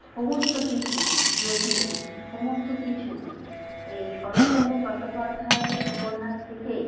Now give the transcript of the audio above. সমস্ত কিছু জটিল সমস্ত কিছু এই শরৎচন্দ্র চট্টোপাধ্যায়ের উপন্যাস থেকেই